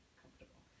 comfortable